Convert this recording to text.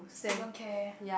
student care